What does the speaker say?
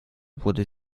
wurde